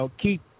keep